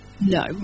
no